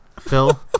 Phil